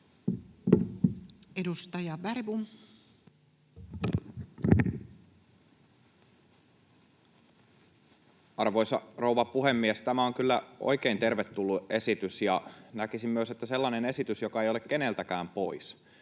Content: Arvoisa rouva puhemies! Tämä on kyllä oikein tervetullut esitys, ja näkisin myös, että sellainen esitys, joka ei ole keneltäkään pois,